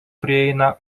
prieina